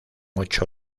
ocho